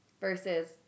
versus